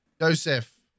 Joseph